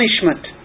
punishment